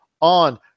on